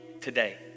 today